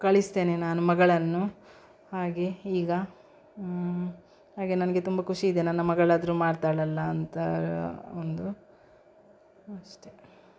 ಕಳಿಸ್ತೇನೆ ನಾನು ಮಗಳನ್ನು ಹಾಗೆ ಈಗ ಹಾಗೆ ನನಗೆ ತುಂಬ ಖುಷಿ ಇದೆ ನನ್ನ ಮಗಳಾದರೂ ಮಾಡ್ತಾಳಲ್ಲ ಒಂದು ಅಷ್ಟೆ